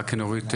רק נורית,